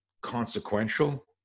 consequential